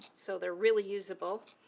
so they're really usable.